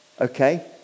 okay